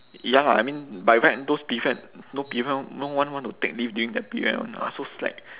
ya lah I mean by right those period no people no one want to take leave during that period [one] ah so slack